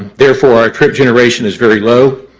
therefore, our trip generation is very low,